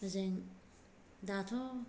जों दाथ'